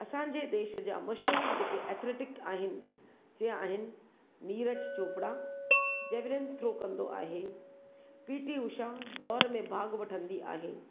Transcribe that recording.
असांजे देश जा मशहूर जेके एथलेटिक आहिनि से आहिनि नीरज चोपड़ा जेवलीन थ्रो कंदो आहे पीटी उषा दौड़ में भाॻु वठंदी आहे